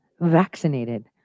vaccinated